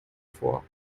vor